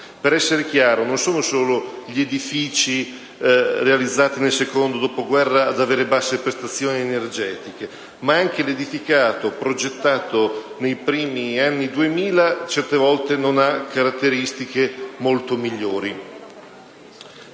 Per essere chiari, non sono solo gli edifici realizzati nel secondo dopoguerra ad avere basse prestazioni energetiche: anche l'edificato progettato nei primi anni 2000 alcune volte non ha caratteristiche molto migliori.